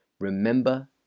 Remember